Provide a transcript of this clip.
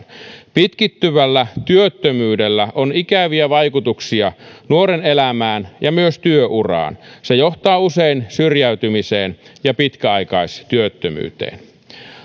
pitkittyvällä työttömyydellä on ikäviä vaikutuksia nuoren elämään ja myös työuraan se johtaa usein syrjäytymiseen ja pitkäaikaistyöttömyyteen